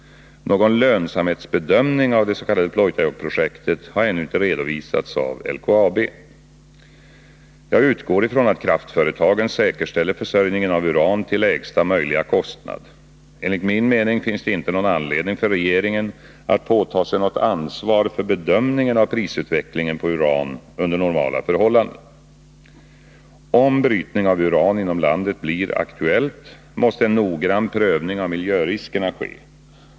Någon lönsamhetsbedömning av det s.k. Pleutajokkprojektet har ännu inte redovisats av LKAB. Jag utgår ifrån att kraftföretagen säkerställer försörjningen av uran till lägsta möjliga kostnad. Enligt min mening finns det inte någon anledning för regeringen att påta sig något ansvar för bedömningen av prisutvecklingen på uran under normala förhållanden. Om brytning av uran inom landet blir aktuell, måste en noggrann prövning av miljöriskerna ske.